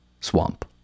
Swamp